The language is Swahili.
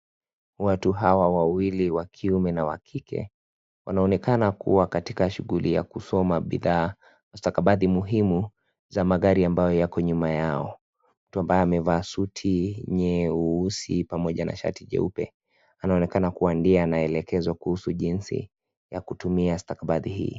Watu hawa wawili, wa kiume na wa kike, wanaonekana kuwa katika shughuli ya kusoma bidhaa stakabadhi muhimu za magari ambayo yako nyuma yao. Mtu ambaye amevaa suti nyeusi pamoja na shati jeupe anaonekana kuwa ndiye anayeelekezwa kuhusu jinsi ya kutumia stakabadhi hii.